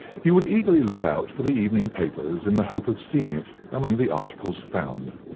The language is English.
he would eagerly look out for the evening papers in the hope of seeing it among the articles found.